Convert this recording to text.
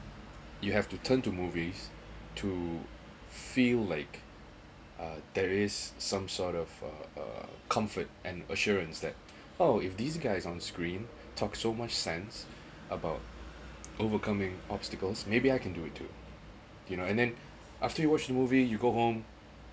you have to turn to movies to feel like uh there is some sort of a comfort and assurance that oh if these guys on screen talk so much sense about overcoming obstacles maybe I can do it too you know and then after you watch the movie you go home